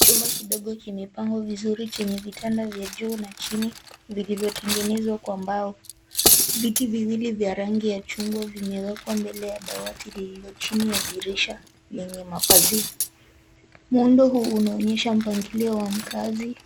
Chumba kidogo kimepangwa vizuri chenye vitanda vya juu na chini vilivyotengenezwa kwa mbao. Viti viwili vya rangi ya chungwa vimewekwa mbele ya dawati lililochini ya dirisha lenye mapazia. Muundo huu unaonyesha mpangilio wa mkazi